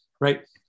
right